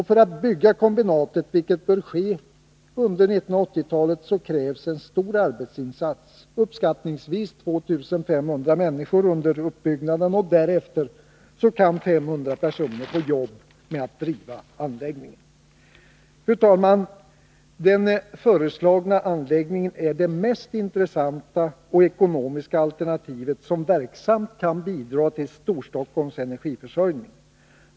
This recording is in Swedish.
För att bygga kombinatet, vilket bör ske under 1980-talet, krävs en stor arbetsinsats, uppskattningsvis 2500 människor under uppbyggnadstiden. Därefter kan 500 personer få jobb med att driva anläggningen. Fru talman! Den föreslagna anläggningen är det mest intressanta och ekonomiska alternativet, som verksamt kan bidra till Storstockholms energiförsörjning.